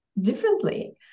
differently